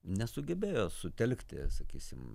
nesugebėjo sutelkti sakysim